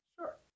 Sure